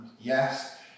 yes